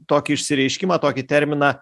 tokį išsireiškimą tokį terminą